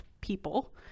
people